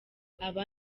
aba